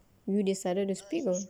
you decided to speak or